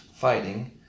fighting